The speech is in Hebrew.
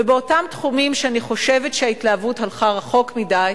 ובאותם תחומים שאני חושבת שההתלהבות הלכה רחוק מדי,